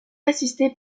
assisté